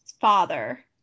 father